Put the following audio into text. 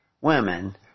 women